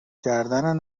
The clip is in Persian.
کردن